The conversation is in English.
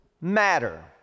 matter